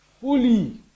fully